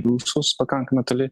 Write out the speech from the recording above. rusus pakankamai toli